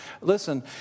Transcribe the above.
Listen